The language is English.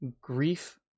grief